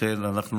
לכן אנחנו,